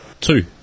two